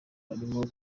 arimo